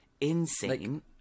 insane